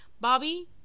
Bobby